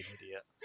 idiot